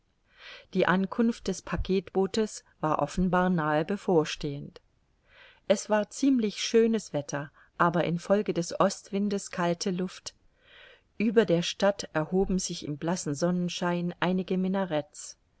die ankunft des packetbootes war offenbar nahe bevorstehend es war ziemlich schönes wetter aber in folge des ostwindes kalte luft ueber der stadt erhoben sich im blassen sonnenschein einige minarets